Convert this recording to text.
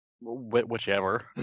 whichever